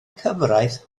cyfraith